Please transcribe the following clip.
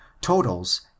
totals